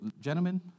gentlemen